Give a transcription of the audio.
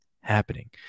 happening